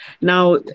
Now